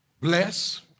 bless